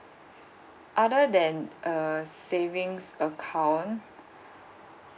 other than uh savings account